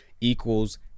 equals